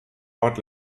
ort